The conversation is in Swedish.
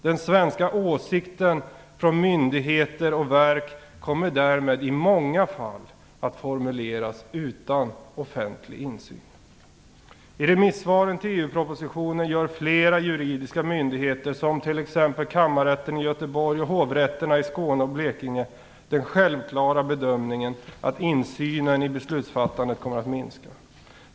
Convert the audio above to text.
Den svenska åsikten från myndigheter och verk kommer därmed i många fall att formuleras utan offentlig insyn. I remissvaren till EU-propositionen gör flera juridiska myndigheter, som t.ex. Kammarrätten i Göteborg och Hovrätten över Skåne och Blekinge, den självklara bedömningen att insynen i beslutsfattandet kommer att minska.